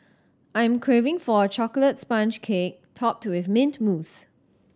I am craving for a chocolate sponge cake topped with mint mousse